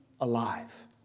alive